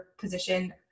position